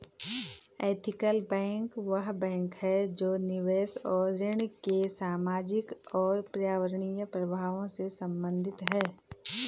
ethical bank वह bank है जो निवेश और ऋण के सामाजिक और पर्यावरणीय प्रभावों से संबंधित है